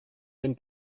den